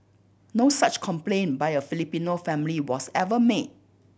no such complaint by a Filipino family was ever made